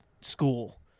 school